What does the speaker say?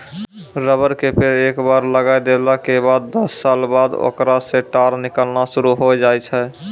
rubber के पेड़ एक बार लगाय देला के बाद दस साल बाद होकरा सॅ टार निकालना शुरू होय जाय छै